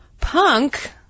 punk